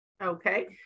Okay